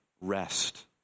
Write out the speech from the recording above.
rest